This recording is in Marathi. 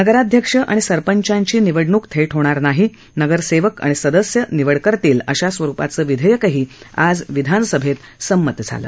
नगरअध्यक्ष आणि संरपचांची निवडणूक थेट होणार नाही नगरसेवक आणि सदस्य निवड करणार अशा स्वरुपाचं विधेयकही आज विधानसभेत झालं